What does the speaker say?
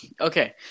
Okay